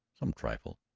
some trifle.